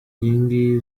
nkingi